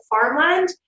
farmland